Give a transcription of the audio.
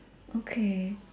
okay